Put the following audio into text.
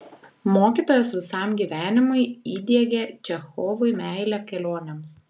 mokytojas visam gyvenimui įdiegė čechovui meilę kelionėms